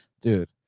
dude